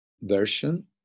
version